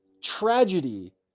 tragedy